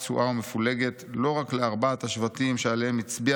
פצועה ומפולגת לא רק לארבעת השבטים שעליהם הצביע